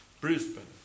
Brisbane